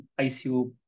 ICO